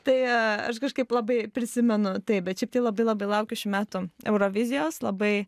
tai aš kažkaip labai prisimenu taip bet šiaip tai labai labai laukiu šių metų eurovizijos labai